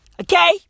Okay